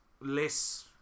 less